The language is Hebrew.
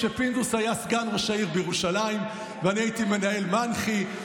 כשפינדרוס היה סגן ראש העיר בירושלים ואני הייתי מנהל מנח"י,